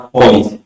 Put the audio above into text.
point